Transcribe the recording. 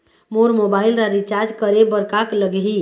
मोर mobile ला recharge करे बर का लगही?